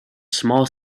small